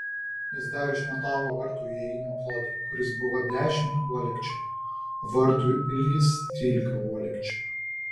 jis dar išmatavo vartų įėjimo plotį kuris buvo dešimt uolekčių o vartų ilgis trylika uolekčių